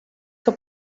que